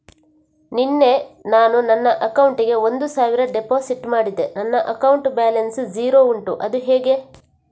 ನಿನ್ನೆ ನಾನು ನನ್ನ ಅಕೌಂಟಿಗೆ ಒಂದು ಸಾವಿರ ಡೆಪೋಸಿಟ್ ಮಾಡಿದೆ ನನ್ನ ಅಕೌಂಟ್ ಬ್ಯಾಲೆನ್ಸ್ ಝೀರೋ ಉಂಟು ಅದು ಹೇಗೆ?